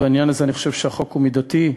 בעניין הזה אני חושב שהחוק הוא מידתי.